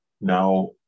now